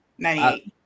98